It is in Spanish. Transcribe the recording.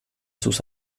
sus